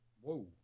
Whoa